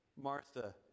Martha